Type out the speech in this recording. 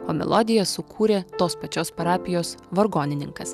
o melodiją sukūrė tos pačios parapijos vargonininkas